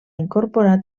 incorporar